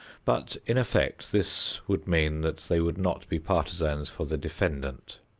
but, in effect, this would mean that they would not be partisans for the defendant.